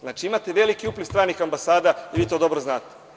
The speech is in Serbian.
Znači, imate veliki upliv stranih ambasada i vi to dobro znate.